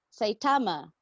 Saitama